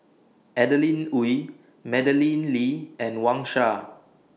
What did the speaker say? Adeline Ooi Madeleine Lee and Wang Sha